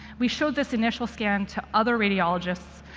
we showed this initial scan to other radiologists,